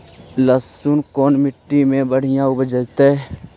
लहसुन कोन मट्टी मे बढ़िया उपजतै?